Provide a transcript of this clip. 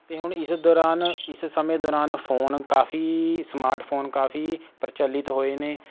ਅਤੇ ਹੁਣ ਇਸ ਦੌਰਾਨ ਇਸ ਸਮੇਂ ਦੌਰਾਨ ਫ਼ੋਨ ਕਾਫੀ ਸਮਾਰਟ ਫ਼ੋਨ ਕਾਫੀ ਪ੍ਰਚਲਿਤ ਹੋਏ ਨੇ